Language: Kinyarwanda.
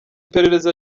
iperereza